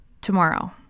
tomorrow